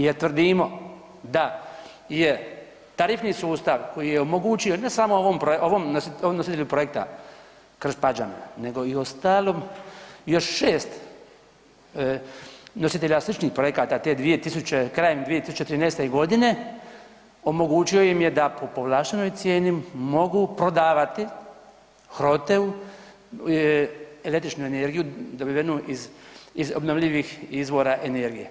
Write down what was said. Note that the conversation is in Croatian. Jer tvrdimo da je tarifni sustav koji je omogućio ne samo ovom nositelju projekta Krš Pađane nego i ostalom još 6 nositelja sličnih projekata te krajem 2013. godine omogućio im je da po povlaštenoj cijeni mogu prodavati Hroteu električnu energiju dobivenu iz obnovljivih izvora energije.